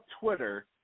Twitter